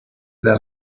their